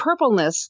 purpleness